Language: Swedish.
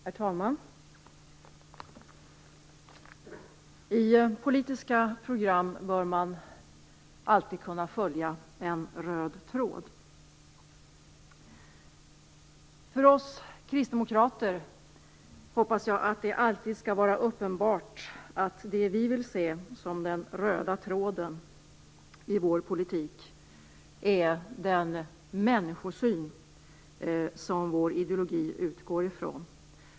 Herr talman! I politiska program bör man alltid kunna följa en röd tråd. Jag hoppas att det alltid skall vara uppenbart att det vi kristdemokrater vill se som den röda tråden i vår politik är den människosyn som vår ideologi utgår från.